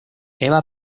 eva